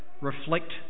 reflect